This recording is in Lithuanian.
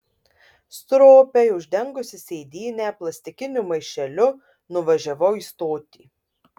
stropiai uždengusi sėdynę plastikiniu maišeliu nuvažiavau į stotį